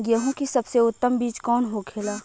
गेहूँ की सबसे उत्तम बीज कौन होखेला?